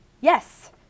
Yes